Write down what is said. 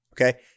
Okay